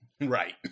Right